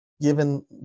given